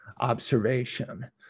observation